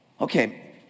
okay